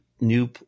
new –